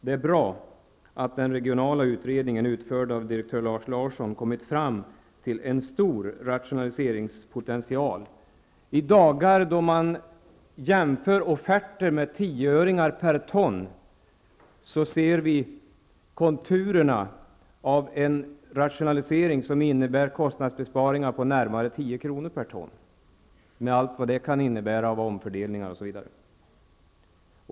Det är bra att den regionala utredningen, utförd av direktör Lars Larsson, kommit fram till att det finns en stor rationaliseringspotential. I dagar, då man jämför offerter där det handlar om 10 ören per ton, ser vi konturerna av en rationalisering som innebär kostnadsbesparingar på närmare 10 kr. per ton, med allt det innebär i form av omfördelningar och annat.